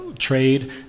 trade